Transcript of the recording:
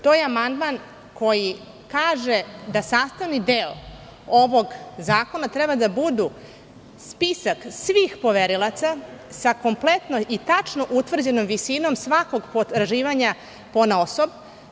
To je amandman koji kaže da sastavni deo ovog zakona treba da budu spisak svih poverilaca s kompletno i tačno utvrđenom visinom svakog potraživanja ponaosob.